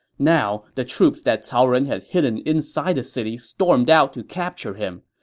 now, the troops that cao ren had hidden inside the city stormed out to capture him.